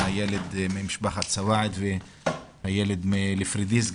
הילד ממשפחת סואעד והילד מפורידיס,